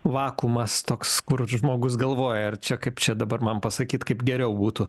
vakuumas toks kur žmogus galvoja ar čia kaip čia dabar man pasakyt kaip geriau būtų